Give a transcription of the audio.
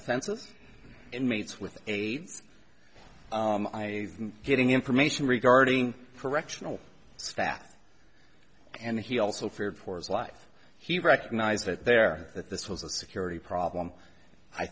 offenses inmates with aids and getting information regarding correctional staff and he also feared for his life he recognized that there that this was a security problem i